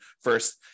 first